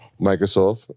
Microsoft